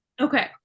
okay